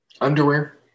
Underwear